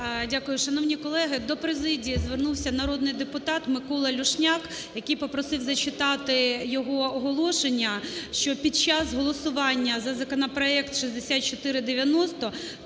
Дякую. Шановні колеги, до президії звернувся народний депутат Микола Люшняк, який попросив зачитати його оголошення, що під час голосування за законопроект 6490